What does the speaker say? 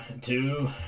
two